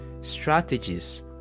Strategies